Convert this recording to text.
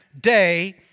day